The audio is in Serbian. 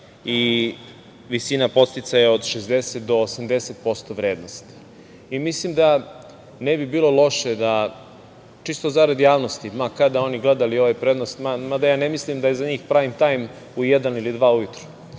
i visina podsticaja je od 60% do 80% vrednosti. Mislim da ne bi bilo loše, čisto zarad javnosti, ma kada oni gledali ovaj prenos, mada ja ne mislim da je za njih prajm tajm u jedan ili dva ujutru,